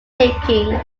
breathtaking